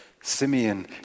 Simeon